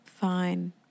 fine